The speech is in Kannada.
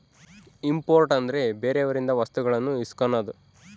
ಇಂಪೋರ್ಟ್ ಅಂದ್ರೆ ಬೇರೆಯವರಿಂದ ವಸ್ತುಗಳನ್ನು ಇಸ್ಕನದು